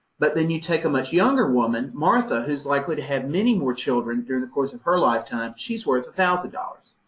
but then you take a much younger woman, martha, who's likely to have many more children during the course of her lifetime, she's worth one thousand dollars,